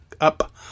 up